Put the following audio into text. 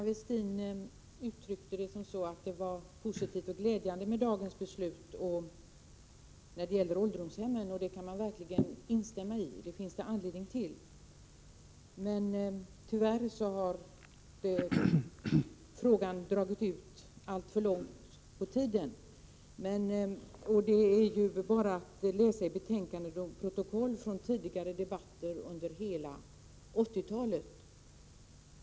Herr talman! Aina Westin uttryckte att dagens beslut när det gäller ålderdomshemmen är positivt och glädjande. Det kan jag verkligen instämmai. Det finns anledning till det. Men tyvärr har frågan dragit ut alltför långt på tiden — det finner man om man läser i betänkanden och protokoll från tidigare debatter från hela 1980-talet.